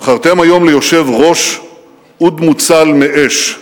בחרתם היום ליושב-ראש אוד מוצל מאש,